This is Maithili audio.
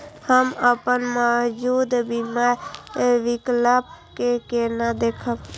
हम अपन मौजूद बीमा विकल्प के केना देखब?